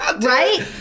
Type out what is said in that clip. Right